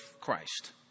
Christ